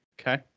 Okay